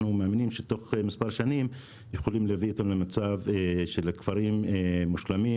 אנחנו מאמינים שתוך מספר שנים נוכל להגיע למצב של כפרים מושלמים,